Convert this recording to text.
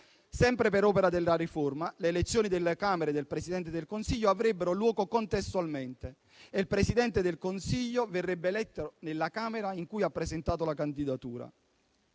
Sempre per opera della riforma, le elezioni della Camera e del Presidente del Consiglio avrebbero luogo contestualmente e il Presidente del Consiglio verrebbe eletto nella Camera in cui ha presentato la candidatura.